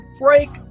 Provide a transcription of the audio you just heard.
break